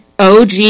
OG